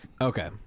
okay